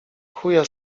chuja